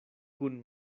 kun